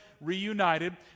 reunited